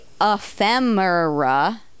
ephemera